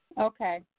Okay